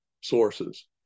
sources